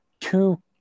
two